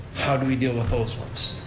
how do we deal with those ones?